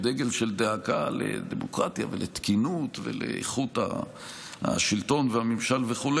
בדגל של דאגה לדמוקרטיה ולתקינות ולאיכות השלטון והממשל וכו'.